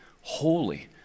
holy